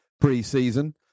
pre-season